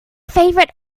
favorite